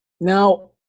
Now